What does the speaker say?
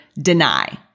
deny